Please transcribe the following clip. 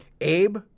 Abe